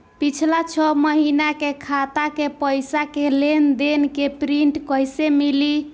पिछला छह महीना के खाता के पइसा के लेन देन के प्रींट कइसे मिली?